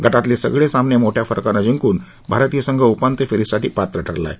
गटातले सगळे सामने मोठ्या फरकानं जिंकून भारतीय संघ उपात्य फेरीसाठी पात्र ठरला आहे